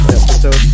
episode